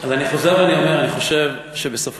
אז אני חוזר ואני אומר: אני חושב שבסופו